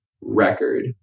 record